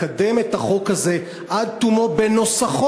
לקדם את החוק הזה עד תומו בנוסחו,